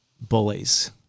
Bullies